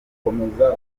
komeza